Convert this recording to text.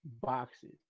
boxes